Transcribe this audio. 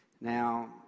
Now